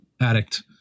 addict